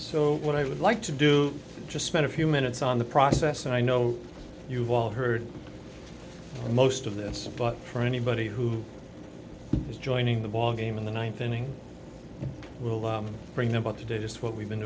so what i would like to do just spend a few minutes on the process and i know you've all heard most of this but for anybody who is joining the ballgame in the ninth inning we'll bring them out to do just what we've been